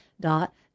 dot